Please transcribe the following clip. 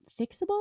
Fixable